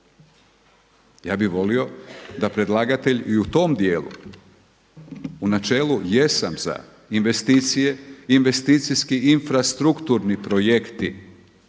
Ja bih volio da predlagatelj i u tom dijelu, u načelu jesam za investicije, investicijski infrastrukturni projekti.